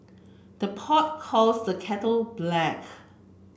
the pot calls the kettle black